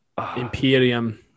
Imperium